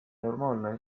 normaalne